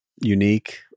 unique